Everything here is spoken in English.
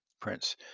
Prince